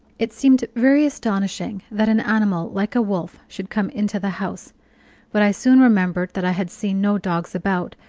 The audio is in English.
it seemed very astonishing that an animal like a wolf should come into the house but i soon remembered that i had seen no dogs about,